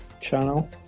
channel